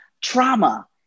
trauma